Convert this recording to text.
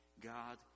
God